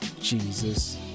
Jesus